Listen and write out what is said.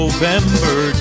November